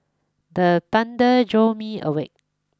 the thunder jolt me awake